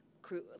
crew